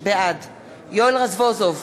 בעד יואל רזבוזוב,